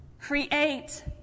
Create